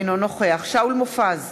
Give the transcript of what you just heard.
אינו נוכח שאול מופז,